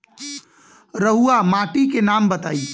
रहुआ माटी के नाम बताई?